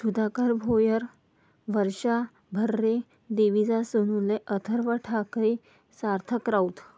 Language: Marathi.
सुधाकर भोयर वर्षा भर्रे देवीदास अथर्व ठाकरे सार्थक राऊत